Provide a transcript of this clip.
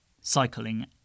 Cycling